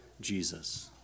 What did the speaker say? Jesus